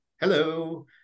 Hello